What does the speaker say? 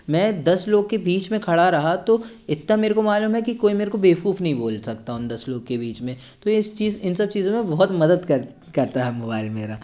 मैं दस लोग के बीच में खड़ा रहा तो इतना मेरे को मालूम है कि कोई मेरे को बेवकूफ नही बोल सकता उन दस लोग के बीच में तो इस चीज़ इन सब चीज़ों में बहुत मदद कर करता है मोबाईल मेरा